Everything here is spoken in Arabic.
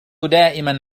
دائمًا